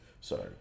Sorry